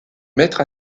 maître